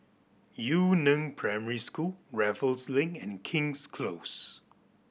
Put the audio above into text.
Yu Neng Primary School Raffles Link and King's Close